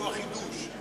שהוא החידוש.